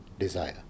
desire